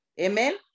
Amen